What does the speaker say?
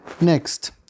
Next